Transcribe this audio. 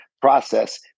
process